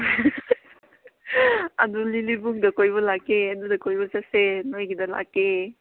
ꯑꯗꯨ ꯂꯤꯂꯤꯕꯨꯝꯗ ꯀꯣꯏꯕ ꯂꯥꯛꯀꯦ ꯑꯗꯨꯗ ꯀꯣꯏꯕ ꯆꯠꯁꯦ ꯅꯣꯏꯒꯤꯗ ꯂꯥꯛꯀꯦ